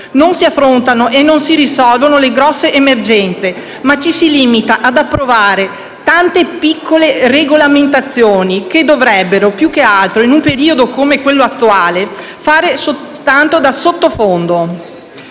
Non si affrontano e non si risolvono le grosse emergenze, ma ci si limita ad approvare tante piccole regolamentazioni che dovrebbero, più che altro, in un periodo come quello attuale, fare soltanto da sottofondo.